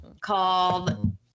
called